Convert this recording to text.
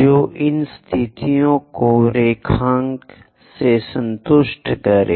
जो इन स्थितियों को रेखांकन से संतुष्ट करे